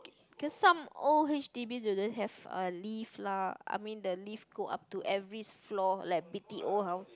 cause some old H_D_B they don't have a lift lah I mean the lift go up to every floor like B_T_O house